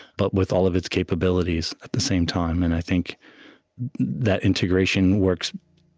but with all of its capabilities at the same time. and i think that integration works,